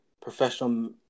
professional